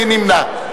מי נמנע?